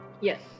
Yes